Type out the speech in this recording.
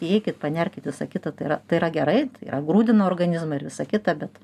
įeikit panerkit visa kita tai yra tai yra gerai tai yra grūdina organizmą ir visa kita bet